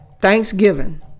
Thanksgiving